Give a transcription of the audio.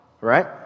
right